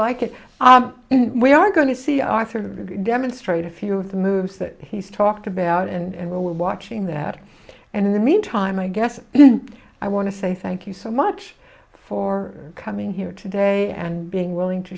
like it and we are going to see arthur to demonstrate a few of the moves that he's talked about and we're watching that and in the meantime i guess i want to say thank you so much for coming here today and being willing to